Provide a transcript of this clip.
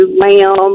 lamb